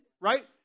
Right